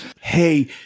Hey